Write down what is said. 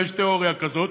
ויש תיאוריה כזאת,